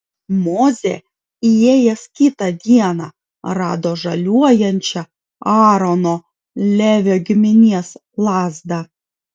mozė įėjęs kitą dieną rado žaliuojančią aarono levio giminės lazdą